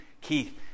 Keith